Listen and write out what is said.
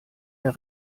der